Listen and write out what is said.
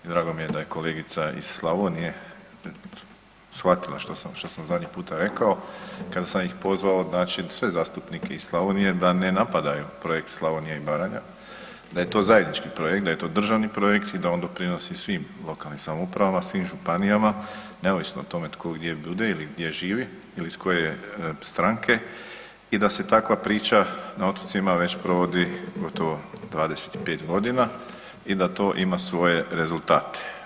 I drago mi je da je kolegica iz Slavonije shvatila što sam zadnji puta rekao kada sam ih pozvao znači, sve zastupnike iz Slavonije da ne napadaju projekt Slavonija i Baranja, da je to zajednički projekt, da je to državni projekt i da on doprinosi svim lokalnim samoupravama, svim županijama neovisno o tome tko gdje bude ili gdje živi ili iz koje je stranke i da se takva priča na otocima već provodi gotovo 25 godina i da to ima svoje rezultate.